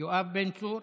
יואב בן צור,